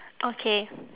okay